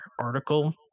article